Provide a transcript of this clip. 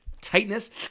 tightness